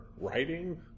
writing